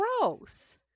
gross